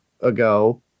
ago